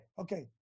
Okay